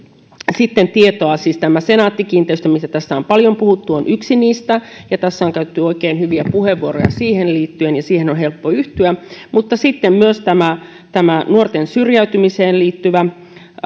sitten tietoa siis tämä senaatti kiinteistöt mistä tässä on paljon puhuttu on yksi niistä ja tässä on käytetty oikein hyviä puheenvuoroja siihen liittyen ja niihin on helppo yhtyä mutta sitten ovat myös tämä tämä nuorten syrjäytymiseen liittyvä